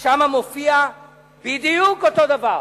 ששם מופיע בדיוק אותו הדבר,